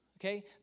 okay